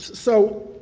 so,